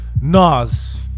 nas